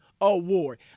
award